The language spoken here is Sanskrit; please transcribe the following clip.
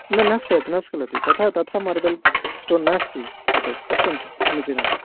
न न स्खलति न स्खलति तथा तथा मार्बल् स्टोन् नास्ति एतद् पश्यन्तु समीचीनतया